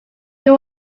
who